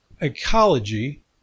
ecology